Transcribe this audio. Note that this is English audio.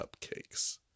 cupcakes